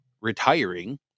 retiring